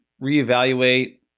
reevaluate